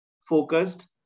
focused